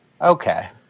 Okay